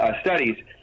studies